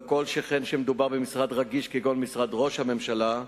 לא כל שכן כשמדובר במשרד רגיש כגון משרד ראש הממשלה,